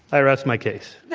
i rest my case. yeah